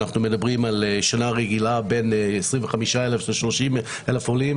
בשנה רגילה אנחנו מדברים בין 25,000-30,000 עולים,